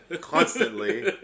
constantly